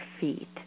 feet